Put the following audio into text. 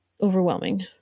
overwhelming